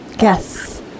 Yes